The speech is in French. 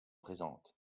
présentes